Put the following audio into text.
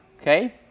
okay